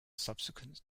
subsequent